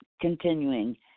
continuing